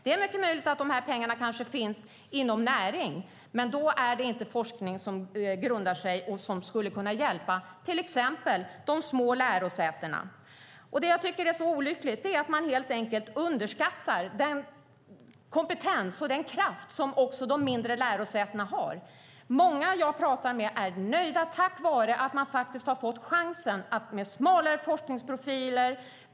Det är mycket möjligt att de här pengarna finns inom näring, men då är det inte för forskning som skulle kunna hjälpa till exempel de små lärosätena. Det som jag tycker är så olyckligt är att man helt enkelt underskattar den kompetens och den kraft som också de mindre lärosätena har. Många som jag talar med är nöjda tack vare att de har fått chansen med smalare forskningsprofiler.